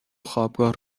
خوابگاه